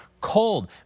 cold